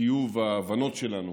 לטיוב ההבנות שלנו